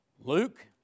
Luke